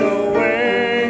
away